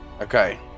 Okay